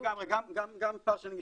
לגמרי, גם פער של נגישות.